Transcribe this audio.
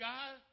God